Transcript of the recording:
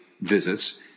visits